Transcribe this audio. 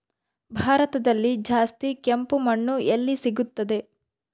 ಭಾರತದಲ್ಲಿ ಜಾಸ್ತಿ ಕೆಂಪು ಮಣ್ಣು ಎಲ್ಲಿ ಸಿಗುತ್ತದೆ?